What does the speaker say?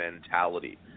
mentality